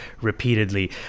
repeatedly